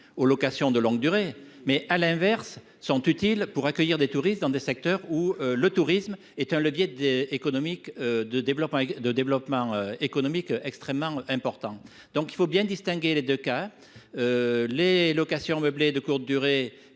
aux locations de longue durée, mais, à l’inverse, sont utiles pour accueillir des touristes dans des secteurs où cette activité constitue un levier de développement économique extrêmement important. Il convient de donc bien distinguer les deux cas. Pour les locations meublées de courte durée